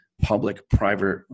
public-private